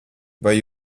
vai